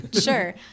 sure